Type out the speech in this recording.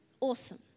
awesome